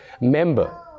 member